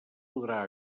podrà